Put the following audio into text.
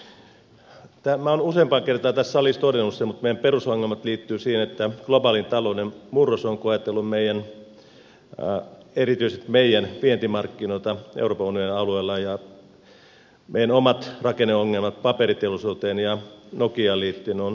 minä olen useampaan kertaan tässä salissa todennut sen että meidän perusongelmamme liittyvät siihen että globaalin talouden murros on koetellut erityisesti meidän vientimarkkinoitamme euroopan unionin alueella ja meidän omat rakenneongelmamme paperiteollisuuteen ja nokiaan liittyen ovat vieneet työpaikkoja